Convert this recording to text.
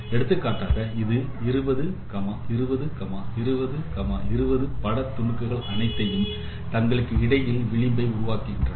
எடுத்துக்காட்டாக இது 20 20 20 20 பட துணுக்குகள் அனைத்தையும் தங்களுக்கு இடையில் விளிம்பை உருவாக்குகின்றன